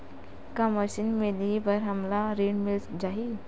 का मशीन मिलही बर हमला ऋण मिल जाही?